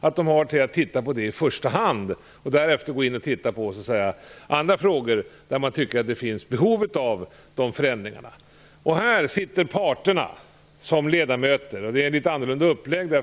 Den skall se över den här frågan i första hand. Därefter skall den studera andra frågor där man tycker att det finns behov av förändringar. Här sitter parterna som ledamöterna. Det är en något annorlunda uppläggning.